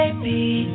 Baby